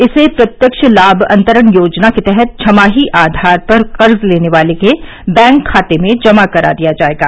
इसे प्रत्यक्ष लाभ अंतरण योजना के तहत छमाही आधार पर कर्ज लेने वाले के बैंक खाते में जमा करा दिया जाएगा